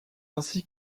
ainsi